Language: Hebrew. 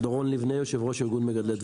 דורון ליבנה, יושב ראש ארגון מגדלי דבורים.